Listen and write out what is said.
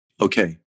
Okay